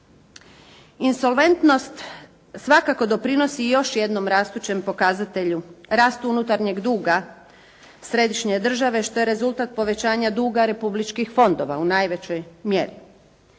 Insolventnost svakako doprinosi još jednom rastućem pokazatelju, rast unutarnjeg duga središnje države, što je rezultat povećanja duga republičkih fondova u najvećoj mjeri.